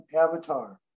avatar